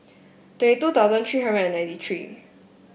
twenty two thousand three hundred and ninety three